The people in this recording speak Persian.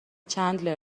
چندلر